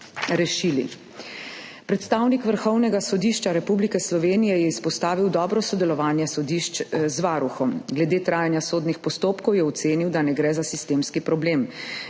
rešili. Predstavnik Vrhovnega sodišča Republike Slovenije je izpostavil dobro sodelovanje sodišč z Varuhom. Glede trajanja sodnih postopkov je ocenil, da ne gre za sistemski problem.